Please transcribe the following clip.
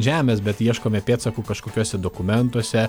žemės bet ieškome pėdsakų kažkokiuose dokumentuose